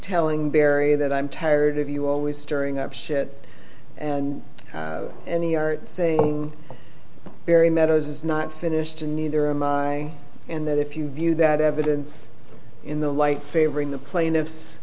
telling barry that i'm tired of you always stirring up shit and saying very meadows is not finished and neither am i and that if you view that evidence in the light favoring the plaintiffs